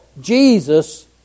Jesus